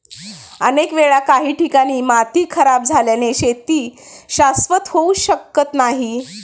अनेक वेळा काही ठिकाणी माती खराब झाल्याने शेती शाश्वत होऊ शकत नाही